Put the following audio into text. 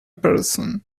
person